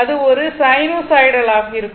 அது ஒரு சைனூசாய்டலாக இருக்கும்